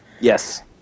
Yes